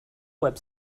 web